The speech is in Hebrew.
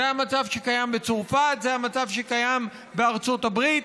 זה המצב שקיים בצרפת, זה המצב שקיים בארצות הברית.